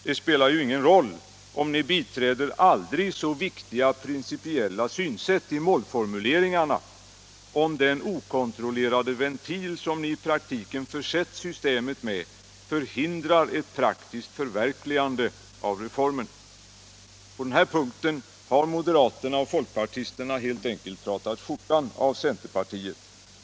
Det spelar ju ingen roll om ni biträder aldrig så viktiga principiella synsätt i målformuleringarna om den okontrollerade ventil, som ni i praktiken försett systemet med, förhindrar ett praktiskt förverkligande av reformen. På den här punkten har moderaterna och folkpartisterna helt enkelt pratat skjortan av centerpartiet.